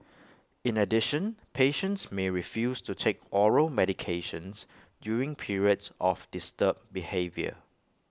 in addition patients may refuse to take oral medications during periods of disturbed behaviour